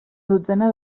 dotzena